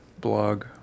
blog